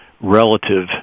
relative